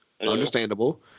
Understandable